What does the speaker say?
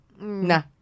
nah